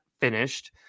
finished